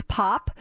pop